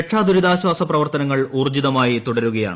രക്ഷാ ദുരിതാശ്വാസ പ്രവർത്തനങ്ങൾ ഊർജ്ജിതമായി തുടരുകയാണ്